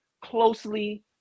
closely